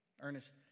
Ernest